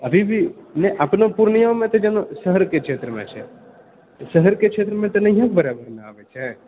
अभी भी नहि अपना पूर्णियामे तऽ जेना शहरके क्षेत्रमे छै शहरके क्षेत्रमे तऽ नहिए बाढ़ि आबैत छै